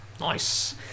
Nice